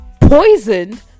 Poisoned